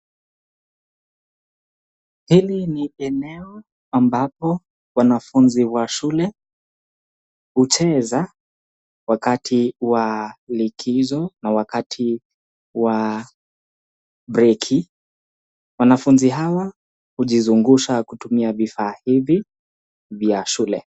Hili ni eneo ambapo wanafunzi wa shule hucheza wakati wa likizo na wakati wa break . Wanafunzi hawa hujizungusha kutumia vifaa hivi vya shule.